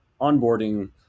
onboarding